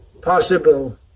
possible